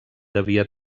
devia